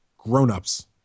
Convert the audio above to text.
grown-ups